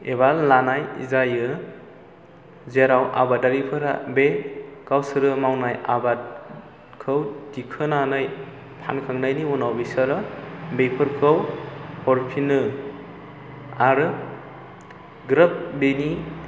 एबा लानाय जायो जेराव आबादारिफोरा बे गावसोर मावनाय आबादखौ दिखांनानै फानखांनायनि उनाव बिसोरो बेफोरखौ हरफिनो आरो ग्रोब बेनि